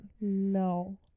No